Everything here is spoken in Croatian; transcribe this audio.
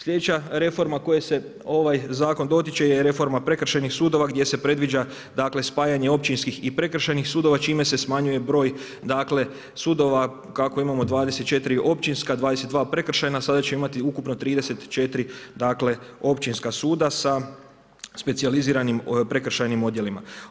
Sljedeća reforma na koju se ovaj zakon dotiče je reforma prekršajnih sudova gdje se predviđa, dakle spajanje općinskih i prekršajnih sudova čime se smanjuje broj, dakle sudova kako imamo 24 općinska, 22 prekršajna, sada ćemo imati ukupno 34, dakle općinska suda sa specijaliziranim prekršajnim odjelima.